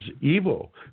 evil